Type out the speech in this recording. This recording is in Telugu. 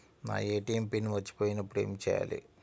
నా ఏ.టీ.ఎం పిన్ మర్చిపోయినప్పుడు ఏమి చేయాలి?